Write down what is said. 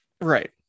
Right